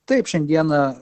taip šiandieną